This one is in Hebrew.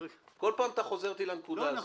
כל פעם אתה חוזר איתי לנקודה הזאת.